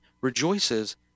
rejoices